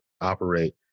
operate